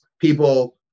people